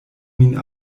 min